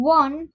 one